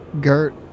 Gert